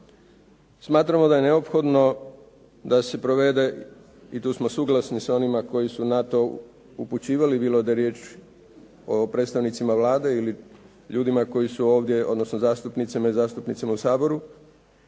smatramo da je neophodno da se provede i tu smo suglasni sa onima koji su na to upućivali bilo da je riječ o predstavnicima Vlade ili ljudima koji su ovdje odnosno zastupnicama i zastupnicima u Saboru,